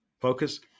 focus